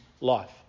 life